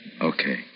Okay